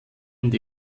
und